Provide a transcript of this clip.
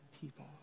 people